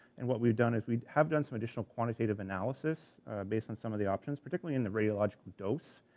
and what we've done is we have done some additional quantitative analysis based on some of the options, particularly in the radiological dose,